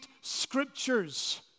scriptures